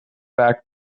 back